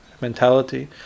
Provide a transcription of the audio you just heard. mentality